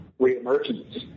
reemergence